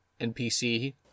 NPC